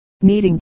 kneading